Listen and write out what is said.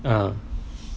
uh